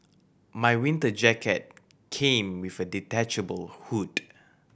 my winter jacket came with a detachable hood